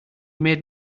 made